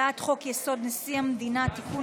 הצעת חוק-יסוד: נשיא המדינה (תיקון,